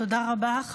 תודה רבה.